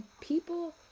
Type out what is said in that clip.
people